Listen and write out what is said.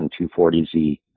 240z